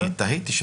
אני תהיתי.